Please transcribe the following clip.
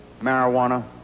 marijuana